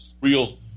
real